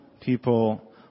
people